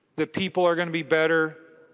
that people are going to be better.